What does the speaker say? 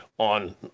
On